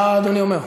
מה אדוני אומר?